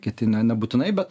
kiti ne nebūtinai bet